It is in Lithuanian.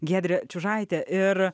giedrė čiužaitė ir